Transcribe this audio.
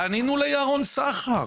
פנינו לירון סחר,